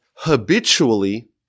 Habitually